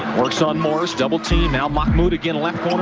works on morris, double-team. now mahmoud again, left